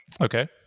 Okay